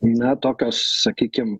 na tokios sakykim